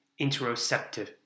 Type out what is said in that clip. interoceptive